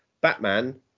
Batman